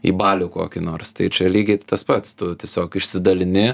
į balių kokį nors tai čia lygiai tas pats tu tiesiog išsidalini